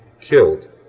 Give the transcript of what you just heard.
killed